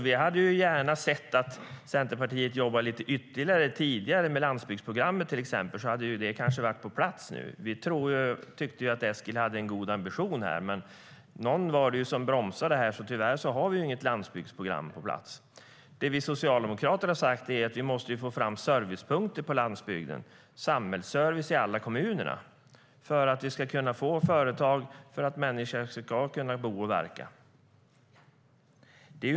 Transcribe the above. Vi hade gärna sett att Centerpartiet hade jobbat mer med landsbygdsprogrammet. Då hade det kanske varit på plats. Vi tyckte att Eskil hade en god ambition. Men någon bromsade det, så tyvärr har vi inget landsbygdsprogram på plats. Socialdemokraterna har sagt att vi måste få fram servicepunkter på landsbygden. Vi måste ha samhällsservice i alla kommuner för att få dit företag och för att människor ska kunna bo och verka där.